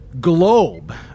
globe